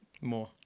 more